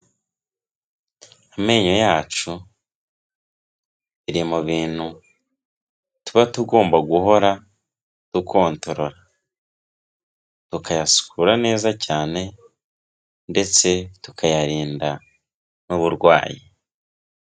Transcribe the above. Amenyo yacu biri mu bintu tuba tugomba guhora dukontorora, tukayasukura neza cyane ndetse tukayarinda n'uburwayi.